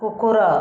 କୁକୁର